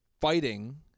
fighting